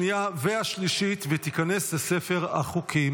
ושיקום) (תיקון מס' 45),